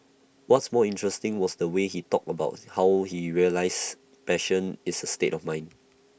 what's more interesting was the way he talked about how he realised passion is A state of mind